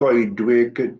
goedwig